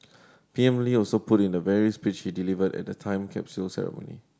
P M Lee also put in the very speech he delivered at the time capsule ceremony